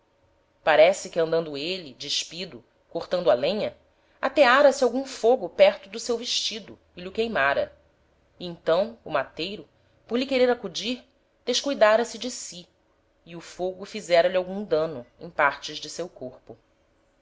parece que andando êle despido cortando a lenha ateára se algum fogo perto do seu vestido e lh'o queimára e então o mateiro por lhe querer acudir descuidára se de si e o fogo fizera-lhe algum dano em partes de seu corpo